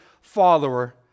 follower